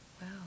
wow